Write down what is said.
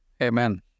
Amen